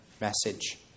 message